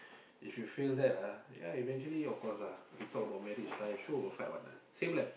if you fail that ah yeah eventually of course lah we talk about marriage life sure will affect one lah same like